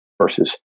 versus